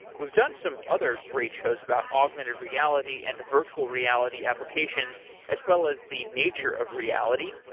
we've done some other great shows about augmented reality and virtual reality applications, as well as the nature of reality.